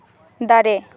ᱫᱟᱨᱮ